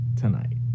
Tonight